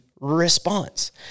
response